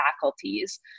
faculties